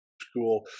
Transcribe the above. school